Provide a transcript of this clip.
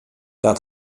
dat